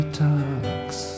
talks